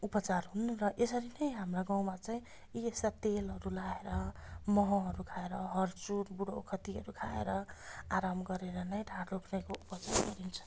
उपचार हुन् र यसरी नै हाम्रा गाउँमा चाहिँ यी सब तेलहरू लगाएर महहरू खाएर हर्चुर बुढो ओखतीहरू खाएर आराम गरेर नै ढाड दुख्नेको उपचार गरिन्छ